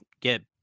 get